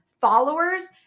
Followers